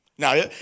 Now